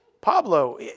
Pablo